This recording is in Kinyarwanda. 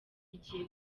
igiye